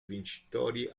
vincitori